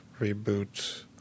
reboot